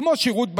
כמו השירות בצבא.